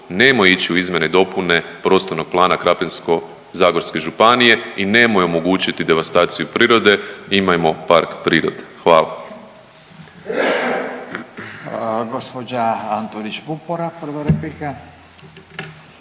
nemoj ić u izmjene i dopune prostornog plana Krapinsko-zagorske županije i nemoj omogućiti devastaciju prirode imajmo park prirode. Hvala.